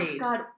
god